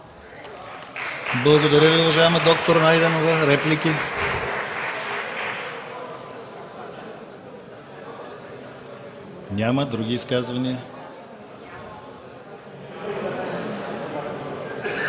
Благодаря Ви, уважаема д-р Найденова. Реплики? Няма. Други изказвания?